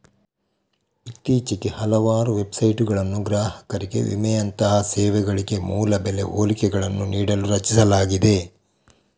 ಇತ್ತೀಚೆಗೆ ಹಲವಾರು ವೆಬ್ಸೈಟುಗಳನ್ನು ಗ್ರಾಹಕರಿಗೆ ವಿಮೆಯಂತಹ ಸೇವೆಗಳಿಗೆ ಮೂಲ ಬೆಲೆ ಹೋಲಿಕೆಗಳನ್ನು ನೀಡಲು ರಚಿಸಲಾಗಿದೆ